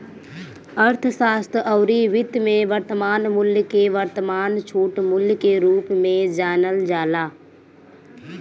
अर्थशास्त्र अउरी वित्त में वर्तमान मूल्य के वर्तमान छूट मूल्य के रूप में जानल जाला